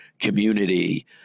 community